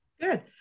Good